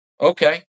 Okay